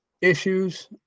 issues